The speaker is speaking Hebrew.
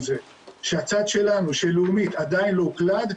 זה שהצד שלנו של לאומית עדיין לא הוקלד,